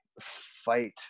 fight